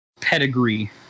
pedigree